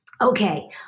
Okay